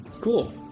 Cool